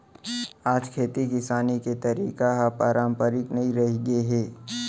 आज खेती किसानी के तरीका ह पारंपरिक नइ रहिगे हे